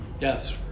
Yes